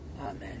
Amen